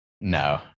No